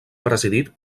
presidit